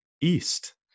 east